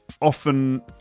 often